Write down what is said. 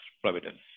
providence